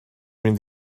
mynd